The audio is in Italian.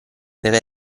deve